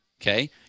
Okay